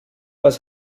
was